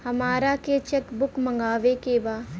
हमारा के cheque book मगावे के बा?